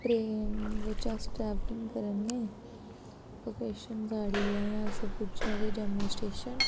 train बिच्च अस travelling करा ने लोकेशन साढ़ी ऐ अजें अस पुज्जन लगे जम्मू स्टेशन